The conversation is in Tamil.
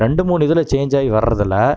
ரெண்டு மூணு இதில் சேஞ்ச் ஆகி வர்றதில்